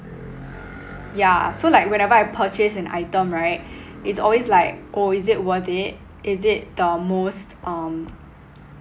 yeah so like whenever I purchase an item right it's always like oh is it worth it is it the most um